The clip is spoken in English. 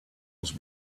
was